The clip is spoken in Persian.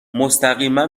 مستقیما